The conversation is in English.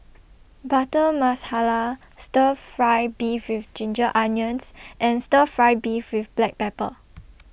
Butter Masala Stir Fry Beef with Ginger Onions and Stir Fry Beef with Black Pepper